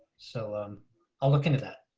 so um i'll look into that.